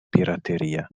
pirateria